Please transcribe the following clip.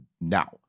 now